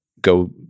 go